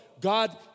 God